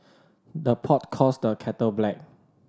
the pot calls the kettle black